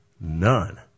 none